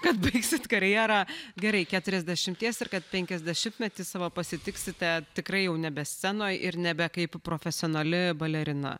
kad baigsit karjerą gerai keturiasdešimties ir kad penkiasdešimtmetį savo pasitiksite tikrai jau nebe scenoj ir nebe kaip profesionali balerina